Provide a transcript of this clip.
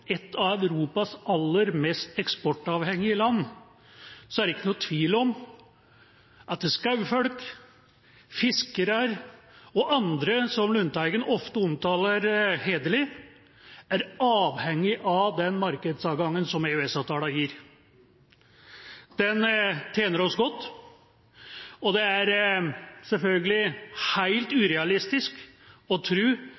et av Europas aller mest eksportavhengige land, er det ikke noen tvil om at skogfolk, fiskere og andre som Lundteigen ofte gir hederlig omtale, er avhengig av den markedsadgangen som EØS-avtalen gir. Den tjener oss godt, og det er selvfølgelig helt